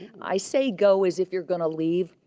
i say go as if you're going to leave.